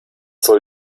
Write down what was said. soll